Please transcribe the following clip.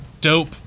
dope